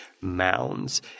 mounds